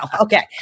okay